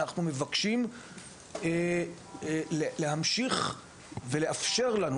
אנחנו מבקשים להמשיך ולאפשר לנו,